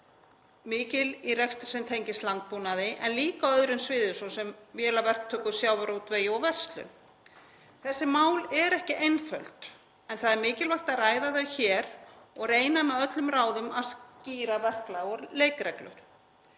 mikil í rekstri sem tengist landbúnaði en líka á öðrum sviðum, svo sem vélaverktöku, sjávarútvegi og verslun. Þessi mál eru ekki einföld en það er mikilvægt að ræða þau hér og reyna með öllum ráðum að skýra verklag og leikreglur.